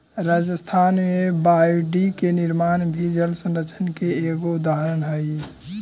राजस्थान में बावडि के निर्माण भी जलसंरक्षण के एगो उदाहरण हई